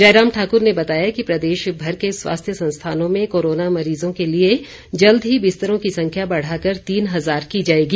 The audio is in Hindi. जयराम ठाकर ने बताया कि प्रदेशभर के स्वास्थ्य संस्थानों में कोरोना मरीजों के लिए जल्द ही बिस्तरों की संख्या बढ़ाकर तीन हजार की जाएगी